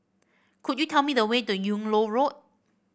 could you tell me the way to Yung Loh Road